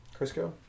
Crisco